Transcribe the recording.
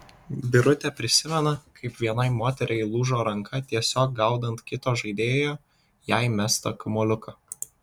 birutė prisimena kaip vienai moteriai lūžo ranka tiesiog gaudant kito žaidėjo jai mestą kamuoliuką